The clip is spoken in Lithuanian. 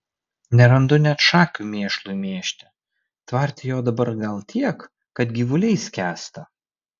nerandu net šakių mėšlui mėžti tvarte jo dabar gal tiek kad gyvuliai skęsta